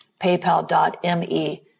PayPal.me